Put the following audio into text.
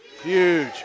huge